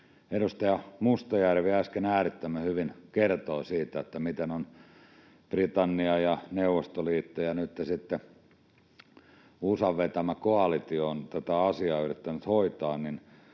edustaja Mustajärvi äsken äärettömän hyvin kertoi siitä, miten ovat Britannia ja Neuvostoliitto ja nytten USAn vetämä koalitio tätä asiaa yrittäneet hoitaa.